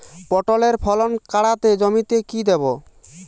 পটলের ফলন কাড়াতে জমিতে কি দেবো?